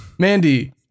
Mandy